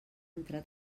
entrar